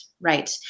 right